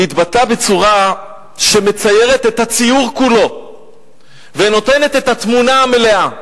והוא התבטא בצורה שמציירת את הציור כולו ונותנת את התמונה המלאה.